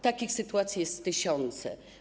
Takich sytuacji są tysiące.